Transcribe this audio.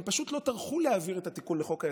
הם פשוט לא טרחו להעביר את התיקון לחוק-היסוד.